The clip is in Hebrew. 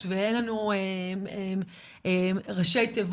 אין לנו מספר תיק לא משטרה ולא פרקליטות